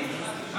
השרים